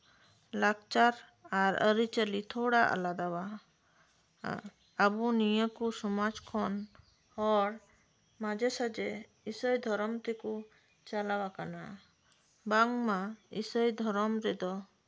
ᱞᱟᱠᱪᱟᱨ ᱟᱨ ᱟᱹᱨᱤᱪᱟᱹᱞᱤ ᱛᱷᱚᱲᱟ ᱟᱞᱟᱫᱟᱣᱟ ᱟᱵᱚ ᱱᱤᱭᱟᱹ ᱠᱚ ᱥᱚᱢᱟᱡᱽ ᱠᱷᱚᱱ ᱦᱚᱲ ᱢᱟᱡᱷᱮ ᱥᱟᱡᱷᱮ ᱤᱥᱟᱹᱭ ᱫᱷᱚᱨᱚᱢ ᱛᱮᱠᱚ ᱪᱟᱞᱟᱣ ᱟᱠᱟᱱᱟ ᱵᱟᱝᱢᱟ ᱤᱥᱟᱹᱭ ᱫᱷᱚᱨᱚᱢ ᱨᱮᱫᱚ